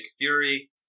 Fury